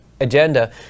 agenda